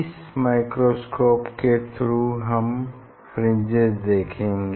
इस माइक्रोस्कोप के थ्रू हम फ्रिंजेस देखेंगे